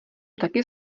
taky